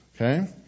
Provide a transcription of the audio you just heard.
Okay